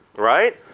right?